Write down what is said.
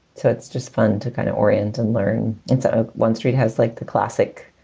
so it's just fun to kind of orient and learn. it's ah ah one street has like the classic,